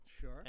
Sure